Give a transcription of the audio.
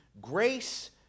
grace